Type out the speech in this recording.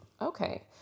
Okay